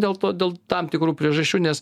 dėl to dėl tam tikrų priežasčių nes